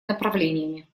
направлениями